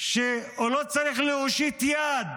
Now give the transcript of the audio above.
שהוא לא צריך להושיט יד